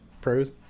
pros